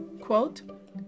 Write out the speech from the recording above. quote